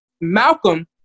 Malcolm